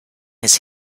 his